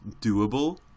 doable